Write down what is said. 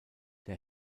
der